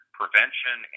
prevention